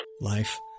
Life